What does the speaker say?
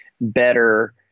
better